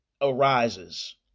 arises